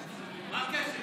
מה הקשר?